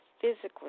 physically